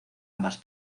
ambas